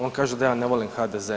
On kaže da ja ne volim HDZ.